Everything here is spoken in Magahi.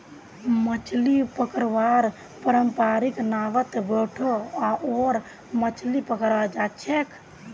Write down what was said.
मछली पकड़वार पारंपरिक नावत बोठे ओरा मछली पकड़वा जाछेक